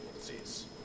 disease